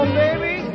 baby